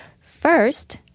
First